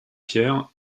pierre